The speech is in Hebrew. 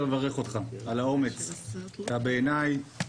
אני רוצה לברך אותך על האומץ אתה בעיניי